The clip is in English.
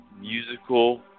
musical